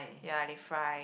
ya they fry